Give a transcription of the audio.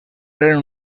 pren